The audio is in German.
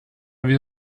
wir